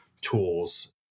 tools